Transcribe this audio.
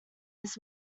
his